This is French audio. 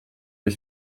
les